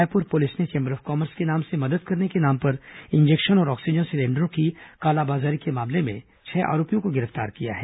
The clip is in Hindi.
रायपुर पुलिस ने चैंबर ऑफ कॉमर्स के नाम से मदद करने के नाम पर इंजेक्शन और ऑक्सीजन सिलेंडरों की कालाबाजारी के मामले में छह आरोपियों को गिरफ्तार किया है